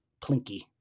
plinky